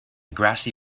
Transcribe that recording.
grassy